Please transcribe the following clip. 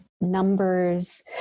numbers